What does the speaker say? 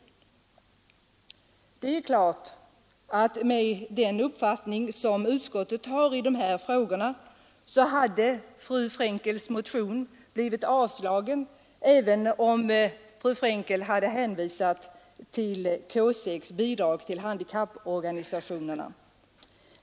Det är klart att med den uppfattning som utskottet har i dessa frågor hade fru Frenkels motion blivit avstyrkt, även om fru Frenkel hade hänvisat till K 6 Bidrag till handikapporganisationerna.